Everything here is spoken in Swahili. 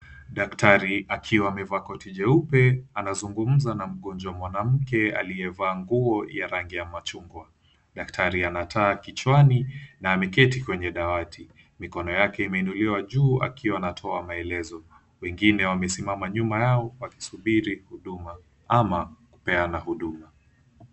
Daktari akiwa amevaa koti jeupe anazungumza na mgonjwa mwanamke aliyevaa nguo ya rangi ya machungwa, daktari ana taa kichwani na ameketi kwenye dawati mkono yake imeinuliwa juu akiwa anatoa maelezo wengine nyuma yao wakisubiri huduma ama kupeana huduma.